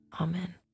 Amen